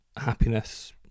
happiness